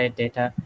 data